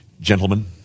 gentlemen